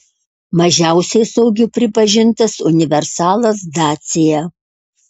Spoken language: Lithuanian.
mažiausiai saugiu pripažintas universalas dacia